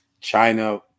China